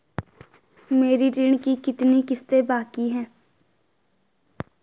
मेरे ऋण की कितनी किश्तें बाकी हैं?